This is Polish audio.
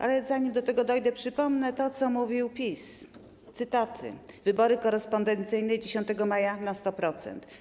Ale zanim do tego dojdę, przypomnę to, co mówił PiS: Wybory korespondencyjne 10 maja na 100%.